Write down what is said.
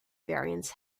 variants